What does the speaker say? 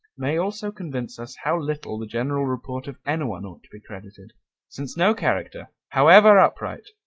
may also convince us how little the general report of anyone ought to be credited since no character, however upright,